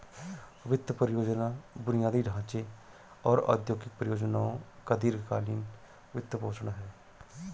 वित्त परियोजना बुनियादी ढांचे और औद्योगिक परियोजनाओं का दीर्घ कालींन वित्तपोषण है